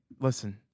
listen